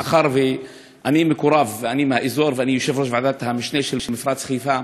מאחר שאני מקורב ואני מהאזור ואני יושב-ראש ועדת המשנה של מפרץ חיפה,